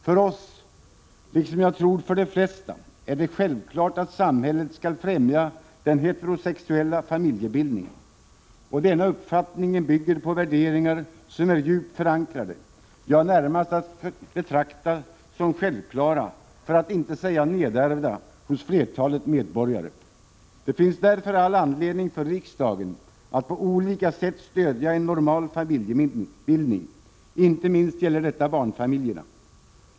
För oss — liksom jag tror för de flesta — är det självklart att samhället skall främja den heterosexuella familjebildningen. Denna uppfattning bygger på värderingar som är djupt förankrade — ja, närmast att betrakta som självklara, för att inte säga nedärvda — hos flertalet medborgare. Det finns därför all anledning för riksdagen att på olika sätt stödja en normal familjebildning; inte minst gäller detta barnfamiljerna.